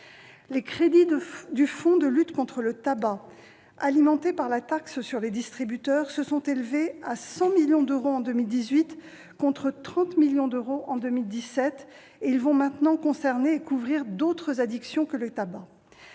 Les crédits du Fonds de lutte contre le tabac, alimenté par la taxe sur les distributeurs, se sont élevés à 100 millions d'euros en 2018, contre 30 millions d'euros en 2017. Ils vont maintenant couvrir d'autres addictions que le seul tabac.